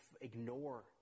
ignore